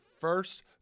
first